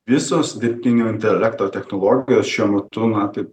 visos dirbtinio intelekto technologijos šiuo metu na tai